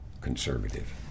conservative